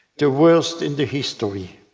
the worst in the history,